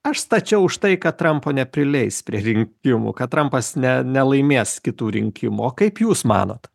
aš stačiau už tai kad trampo neprileis prie rinkimų kad trampas ne nelaimės kitų rinkimo o kaip jūs manot